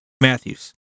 Matthews